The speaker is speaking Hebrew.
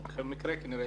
ובכל מקרה, נראה